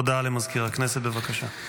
הודעה למזכיר הכנסת, בבקשה.